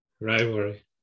rivalry